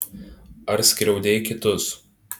ar skriaudei kitus